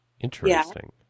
Interesting